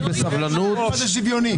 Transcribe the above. זה כביש דמים בפריפריה שהיה מתוקצב.